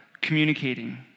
communicating